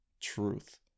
truth